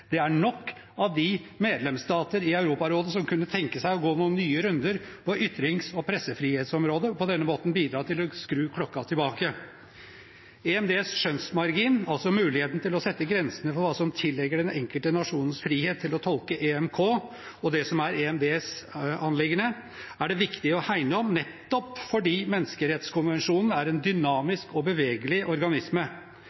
Det er nok av de medlemsstater i Europarådet som kunne tenke seg å gå noen nye runder på ytrings- og pressefrihetsområdet, og på denne måten bidra til å skru klokken tilbake. EMDs skjønnsmargin, altså muligheten til å sette grensene for hva som tilligger den enkelte nasjons frihet til å tolke EMK, og det som er EMDs anliggende, er det viktig å hegne om nettopp fordi menneskerettskonvensjonen er en